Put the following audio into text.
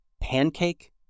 pancake